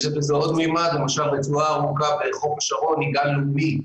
יש למשל רצועה ארוכה בחוף השרון, היא גן לאומי,